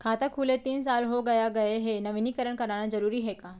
खाता खुले तीन साल हो गया गये हे नवीनीकरण कराना जरूरी हे का?